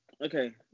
okay